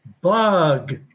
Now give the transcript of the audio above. Bug